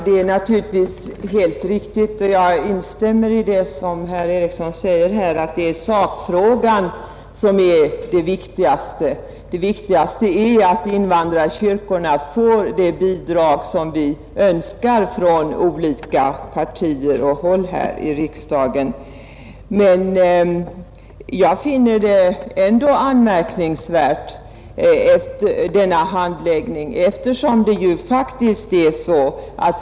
Herr talman! Jag instämmer i vad herr Eriksson i Arvika säger att sakfrågan givetvis är det viktigaste. Det viktigaste är att invandrarkyrkorna får det bidrag som vi önskar från olika partier här i riksdagen. Men jag finner ändå handläggningen anmärkningsvärd.